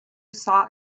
saw